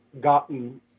gotten